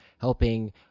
helping